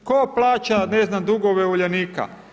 Tko plaća ne znam, dugove Uljanika?